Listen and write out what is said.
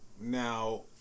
now